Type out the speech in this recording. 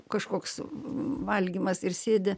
kažkoks valgymas ir sėdi